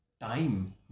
time